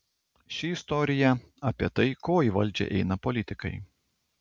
ši istorija apie tai ko į valdžią eina politikai